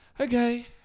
Okay